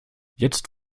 jetzt